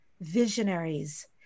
visionaries